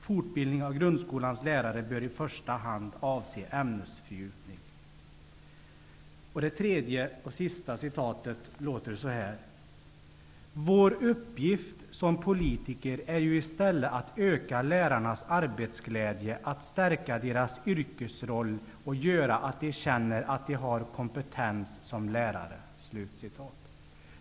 Fortbildning av grundskolans lärare bör i första hand avse ämnesfördjupning.'' Det tredje och sista citatet lyder: ''Vår uppgift som politiker är ju i stället att öka lärarnas arbetsglädje, att stärka deras yrkesroll och göra att de känner att de har kompetens som lärare.''